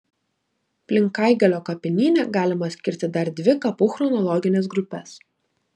plinkaigalio kapinyne galima skirti dar dvi kapų chronologines grupes